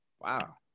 Wow